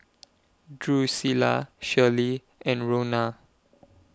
Drusilla Shirley and Rona